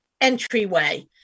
entryway